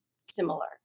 similar